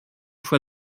fois